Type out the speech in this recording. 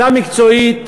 ועדה מקצועית